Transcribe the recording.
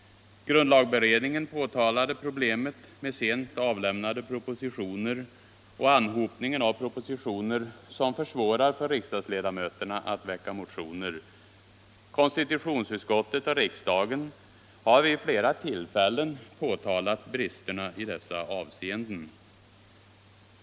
Grundlagberedningen påtalade problemet med sent avlämnade propositioner och anhopningen av propositioner som begränsar riksdagsledamöternas möjligheter att väcka motioner. Konstitutionsutskottet och riksdagen har vid flera tillfällen påtalat bristerna i dessa avseenden.